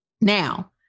Now